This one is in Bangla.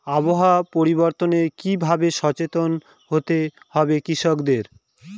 আবহাওয়া পরিবর্তনের কি ভাবে সচেতন হতে হবে কৃষকদের?